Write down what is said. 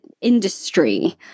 industry